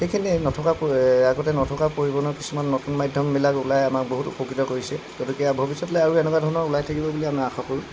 এইখিনিয়ে নথকা আগতে নথকা পৰিবহণৰ কিছুমান নতুন মাধ্যমবিলাক ওলাই আমাক বহুত উপকৃত কৰিছে গতিকে ভৱিষ্যতলৈ আৰু এনেকুৱা ধৰণৰ ওলাই থাকিব বুলি আমি আশা কৰোঁ